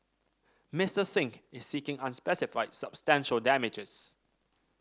Mister Singh is seeking unspecified substantial damages